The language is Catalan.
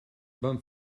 van